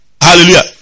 Hallelujah